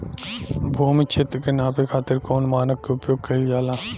भूमि क्षेत्र के नापे खातिर कौन मानक के उपयोग कइल जाला?